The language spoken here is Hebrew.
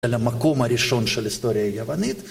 ולמקום הראשון של היסטוריה יוונית